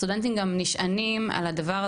סטודנטים גם נשענים על הדבר הזה,